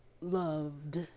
loved